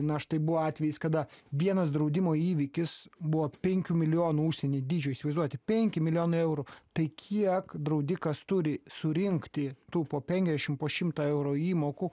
na štai buvo atvejis kada vienas draudimo įvykis buvo penkių milijonų užsienyje dydžių įsivaizduojate penki milijonai eurų tai kiek draudikas turi surinkti tų po penkiadešim po šimtą euro įmokų